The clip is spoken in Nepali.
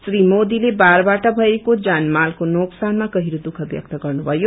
श्री मोदीले बाढ़बाट भएको जानमालको नोकसानमा गहिरो दुःख ब्यक्त गर्नुभयो